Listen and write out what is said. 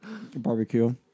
Barbecue